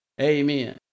Amen